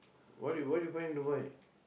what what you find in Dubai